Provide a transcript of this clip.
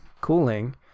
cooling